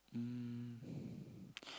mm